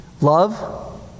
Love